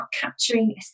capturing